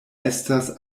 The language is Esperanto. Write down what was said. estas